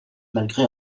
malgré